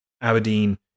Aberdeen